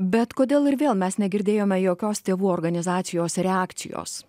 bet kodėl ir vėl mes negirdėjome jokios tėvų organizacijos reakcijos